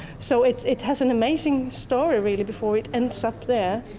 so it has an amazing story really before it ends up there.